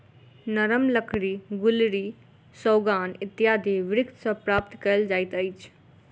नरम लकड़ी गुल्लरि, सागौन इत्यादि वृक्ष सॅ प्राप्त कयल जाइत अछि